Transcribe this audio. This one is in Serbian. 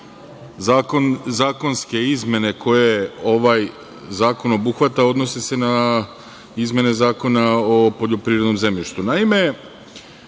zakonske izmene, koji ovaj zakon obuhvata. Odnosi se na izmene Zakona o poljoprivrednom zemljištu. Naime,